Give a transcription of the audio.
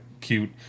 cute